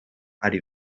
ari